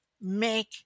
make